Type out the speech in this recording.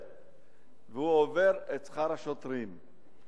תוספת והוא עובר את שכר השוטרים.